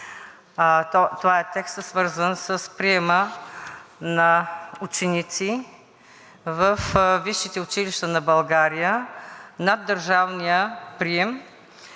Това е текстът, свързан с приема на ученици във висшите училища на България на държавния прием,